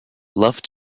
love